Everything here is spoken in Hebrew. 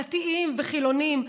דתיים וחילונים,